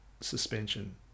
suspension